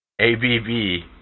A-B-B